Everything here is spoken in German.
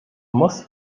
muss